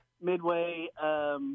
Midway